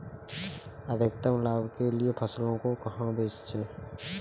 अधिक लाभ के लिए फसलों को कहाँ बेचें?